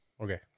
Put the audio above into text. Okay